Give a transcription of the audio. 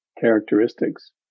characteristics